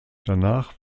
danach